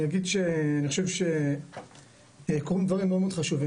אני אגיד שאני חושב שיקרו דברים מאוד מאוד חשובים,